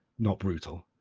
not brutal.